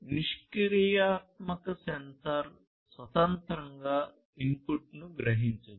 నిష్క్రియాత్మక సెన్సార్ స్వతంత్రంగా ఇన్పుట్ను గ్రహించదు